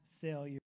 failure